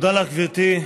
תודה לך, גברתי.